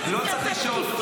זה לא ילך ככה.